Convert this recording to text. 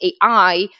AI